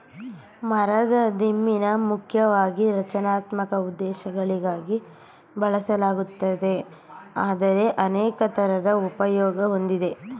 ಮರದ ದಿಮ್ಮಿನ ಮುಖ್ಯವಾಗಿ ರಚನಾತ್ಮಕ ಉದ್ದೇಶಗಳಿಗಾಗಿ ಬಳಸಲಾಗುತ್ತದೆ ಆದರೆ ಅನೇಕ ಇತರ ಉಪಯೋಗ ಹೊಂದಿದೆ